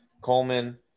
coleman